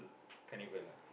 carnival lah